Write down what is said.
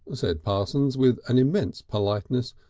said parsons with an immense politeness,